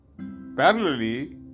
parallelly